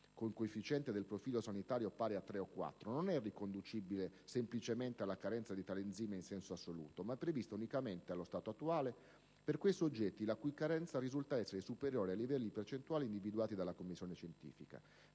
con coefficiente del profilo sanitario pari a 3-4 non è riconducibile semplicemente alla carenza di tale enzima in senso assoluto, ma è prevista unicamente, allo stato attuale, per quei soggetti la cui carenza risulta essere superiore ai livelli percentuali individuati dalla commissione scientifica,